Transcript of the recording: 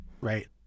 Right